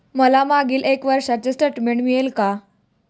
मला मागील एक वर्षाचे स्टेटमेंट मिळेल का?